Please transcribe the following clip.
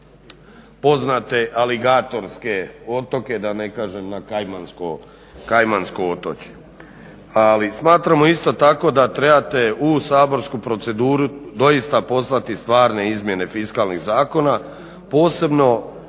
poznate aligatorske otoke da ne kažem na Kajmansko otočje. Smatramo isto tako da trebate u saborsku proceduru doista poslati stvarne izmjene fiskalnih zakona posebno